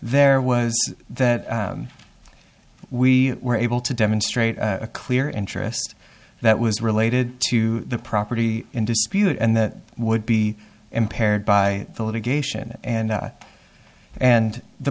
there was that we were able to demonstrate a clear interest that was related to the property in dispute and that would be impaired by the litigation and i and the